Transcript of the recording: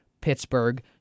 Pittsburgh